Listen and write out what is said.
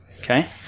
okay